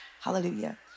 Hallelujah